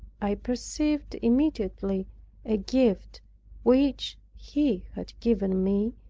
i perceived immediately a gift which he had given me,